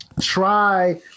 try